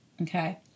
Okay